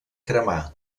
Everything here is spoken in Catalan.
cremar